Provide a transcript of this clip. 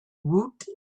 woot